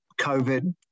COVID